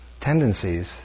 tendencies